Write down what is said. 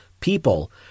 people